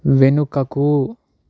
వెనుకకు